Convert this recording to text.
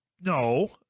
No